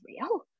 real